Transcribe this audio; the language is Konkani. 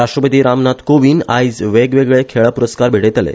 राष्ट्रपती रामनाथ कोविंद आयज वेगवेगळे खेळा पुरस्कार भेटयतले